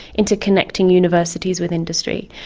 into connecting universities with industry,